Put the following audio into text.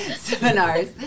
Seminars